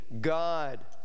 God